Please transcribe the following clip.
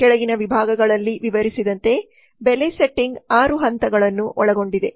ಕೆಳಗಿನ ವಿಭಾಗಗಳಲ್ಲಿ ವಿವರಿಸಿದಂತೆ ಬೆಲೆ ಸೆಟ್ಟಿಂಗ್ ಆರು ಹಂತಗಳನ್ನು ಒಳಗೊಂಡಿದೆ